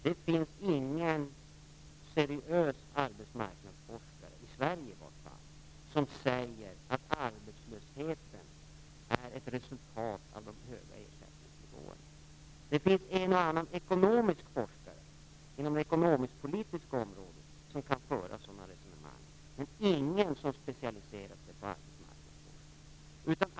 Det finns ingen seriös arbetsmarknadsforskare, inte i Sverige i varje fall, som säger att arbetslösheten är ett resultat av de höga ersättningsnivåerna. Det finns en och annan ekonomisk forskare, inom det ekonomisk-politiska området, som kan föra sådana resonemang, men ingen som specialiserat sig på arbetsmarknadsforskning.